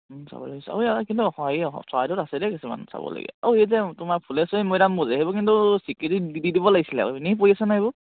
চাব লাগিব কিন্তু সেইয়া চৰাইদেউত আছে দে কিছুমান চাবলগীয়া আউ এ যে তোমাৰ ফুলেচৰী মৈদামবােৰ যে সেইবােৰ কিন্তু স্বীকৃতি দি দিব লাগিছিলে এনেই পৰি আছে নহয় সেইবোৰ